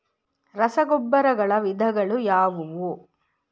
ರಸಗೊಬ್ಬರಗಳ ವಿಧಗಳು ಯಾವುವು?